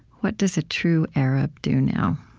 what does a true arab do now?